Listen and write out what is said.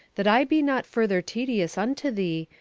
that i be not further tedious unto thee,